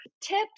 tips